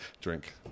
drink